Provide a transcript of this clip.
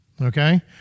okay